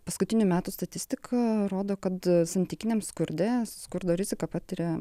paskutinių metų statistika rodo kad santykiniam skurde skurdo riziką patiria